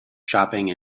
shopping